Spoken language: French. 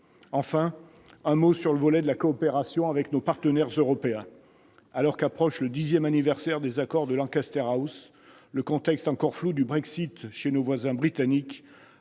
enfin, concerne la coopération avec nos partenaires européens. Alors qu'approche le dixième anniversaire des accords de Lancaster House, le contexte encore flou du Brexit chez nos voisins britanniques